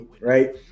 right